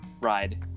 ride